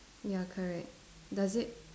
ya correct does it